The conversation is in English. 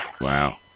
Wow